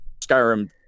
skyrim